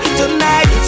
tonight